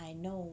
I know